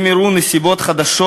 אם אירעו נסיבות חדשות,